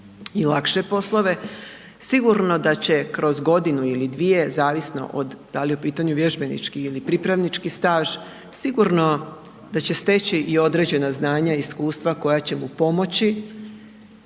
i lakše poslove, sigurno da će kroz godinu ili dvije, zavisno da li je u pitanju vježbenički ili pripravnički staž, sigurno da će steći i određena znanja i iskustva koja će mu pomoći